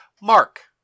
Mark